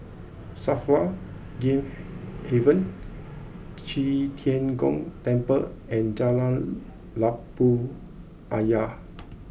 Safra Game Haven Qi Tian Gong Temple and Jalan Labu Ayer